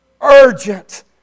Urgent